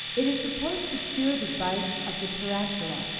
it is supposed to cure the bite of the tarantula,